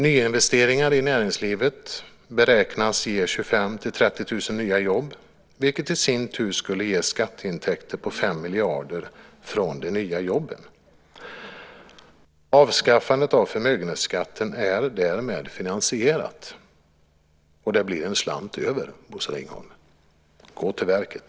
Nyinvesteringar i näringslivet beräknas ge 25 000-30 000 nya jobb, vilket i sin tur skulle ge skatteintäkter på 5 miljarder. Avskaffandet av förmögenhetsskatten är därmed finansierat, och det blir en slant över, Bosse Ringholm. Gå till verket!